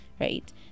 right